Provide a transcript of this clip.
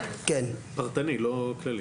פרטני, לא כללי.